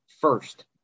first